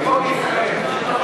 החוק, בבחירות ישראל.